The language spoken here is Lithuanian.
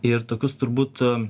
ir tokius turbūt